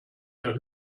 der